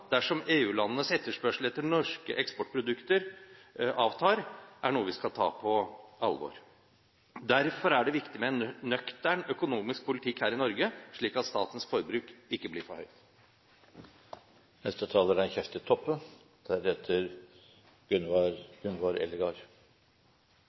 dersom EU-landenes etterspørsel etter norske produkter avtar, er noe vi skal ta på alvor. Derfor er det viktig med en nøktern økonomisk politikk her i Norge, slik at statens forbruk ikke blir for